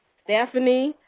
stephanie,